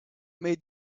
made